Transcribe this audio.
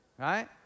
Right